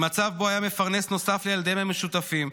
ממצב שבו היה מפרנס נוסף לילדיהם המשותפים,